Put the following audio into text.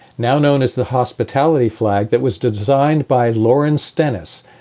now known as the hospitality flag that was designed by lauren stennis.